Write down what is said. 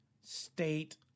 state